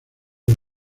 del